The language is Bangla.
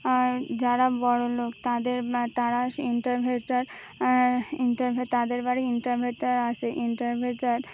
আর যারা বড়ো লোক তাদের তারা ইনভারটার তাদের বাড়ি ইনভারটার আসে ইনভারটার